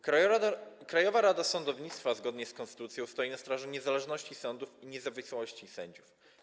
Krajowa Rada Sądownictwa zgodnie z konstytucją stoi na straży niezależności sądów i niezawisłości sędziów.